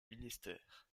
ministère